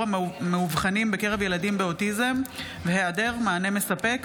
המאובחנים בקרב ילדים באוטיזם והיעדר מענה מספק.